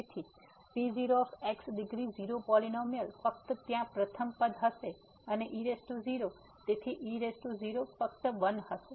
તેથી P0 degree 0 polynomial ફક્ત ત્યાં પ્રથમ પદ હશે અને e0 તેથી e0 ફક્ત 1 હશે